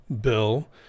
bill